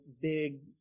big